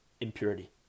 impurity